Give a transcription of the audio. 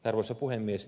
arvoisa puhemies